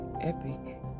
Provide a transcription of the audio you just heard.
epic